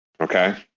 Okay